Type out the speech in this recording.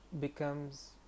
becomes